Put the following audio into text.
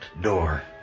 door